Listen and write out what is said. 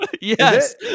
Yes